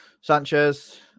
Sanchez